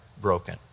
broken